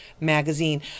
magazine